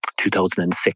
2006